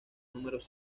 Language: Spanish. números